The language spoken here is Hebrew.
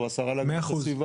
או את השרה להגנת הסביבה,